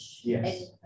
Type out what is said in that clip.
Yes